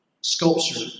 sculpture